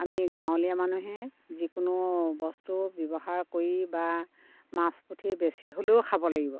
আমি গাঁৱলীয়া মানুহে যিকোনো বস্তু ব্যৱহাৰ কৰি বা মাছ পুঠি বেচি হ'লেও খাব লাগিব